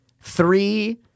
three